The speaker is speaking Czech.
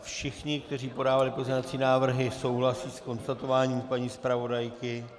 Všichni, kteří podávali pozměňovací návrhy, souhlasí s konstatováním paní zpravodajky?